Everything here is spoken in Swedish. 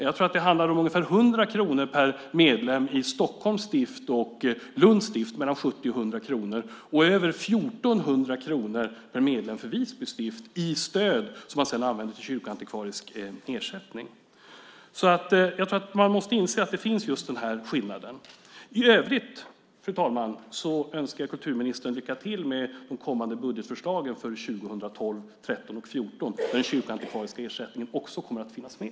Jag tror att det handlar om ungefär 100 kronor per medlem i Stockholms stift, mellan 70 och 100 kronor i Lunds stift och över 1 400 kronor per medlem för Visby stift i stöd som man sedan använder till kyrkoantikvarisk ersättning. Jag tror att man måste inse att just den här skillnaden finns. I övrigt, fru talman, önskar jag kulturministern lycka till med de kommande budgetförslagen för 2012, 2013 och 2014, där den kyrkoantikvariska ersättningen också kommer att finnas med.